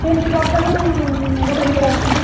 ସ୍କିନ୍ରେ ଦଶଟାରୁ ଗୋଟେ ଭିତରେ ଆସୁଛନ୍ତି